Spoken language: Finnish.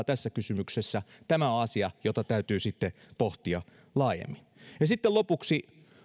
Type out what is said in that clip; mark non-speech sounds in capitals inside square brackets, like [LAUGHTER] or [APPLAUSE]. [UNINTELLIGIBLE] tässä kysymyksessä tämä on asia jota täytyy sitten pohtia laajemmin sitten lopuksi